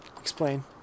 Explain